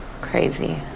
Crazy